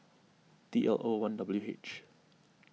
T L O one W H